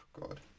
God